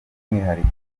umwihariko